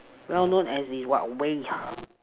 well known as in what ways